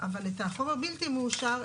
אבל החומר הבלתי מאושר,